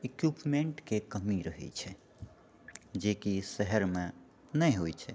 इक्विपमेन्टके कमी रहैत छै जेकि शहरमे नहि होइत छै